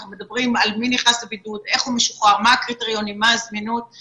האוכלוסייה הערבית שמתפקדות יוצא מן הכלל ומתאמנות מדי